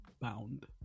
bound